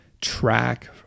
track